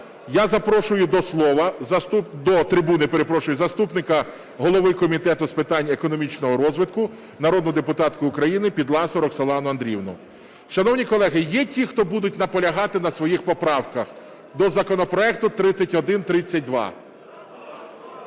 Я запрошую до трибуни заступника голови Комітету з питань економічного розвитку народну депутатку України Підласу Роксолану Андріївну. Шановні колеги, є ті, хто будуть наполягати на своїх поправках до законопроекту 3132?